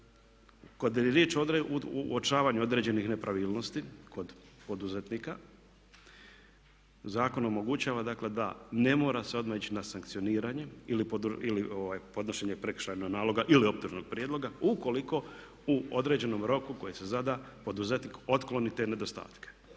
je riječ o uočavanju određenih nepravilnosti kod poduzetnika zakon omogućava dakle da ne mora se odmah ići na sankcioniranje ili podnošenje prekršajnog naloga ili optužnog prijedloga ukoliko u određenom roku koji se zada poduzetnik otkloni te nedostatke.